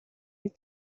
his